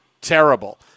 terrible